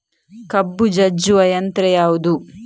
ಕಬ್ಬು ಜಜ್ಜುವ ಯಂತ್ರ ಯಾವುದು?